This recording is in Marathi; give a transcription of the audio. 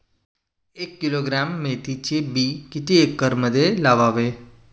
एक किलोग्रॅम मेथीचे बी किती एकरमध्ये लावावे?